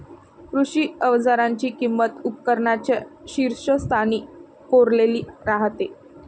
कृषी अवजारांची किंमत उपकरणांच्या शीर्षस्थानी कोरलेली राहते